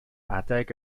adeg